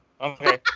Okay